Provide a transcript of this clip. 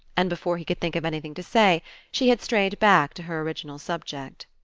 and before he could think of anything to say she had strayed back to her original subject.